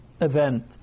event